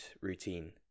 routine